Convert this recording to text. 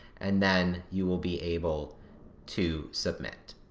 and then, you will be able to submit.